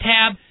tab